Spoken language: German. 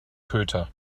köter